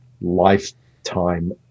lifetime